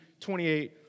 28